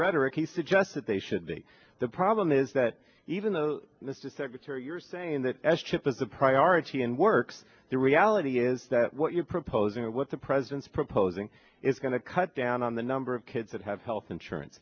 rhetoric he suggests that they should be the problem is that even though mr secretary you're saying that s chip is a priority and works the reality is that what you're proposing or what the president's proposing is going to cut down on the number of kids that have health insurance